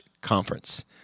conference